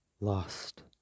lost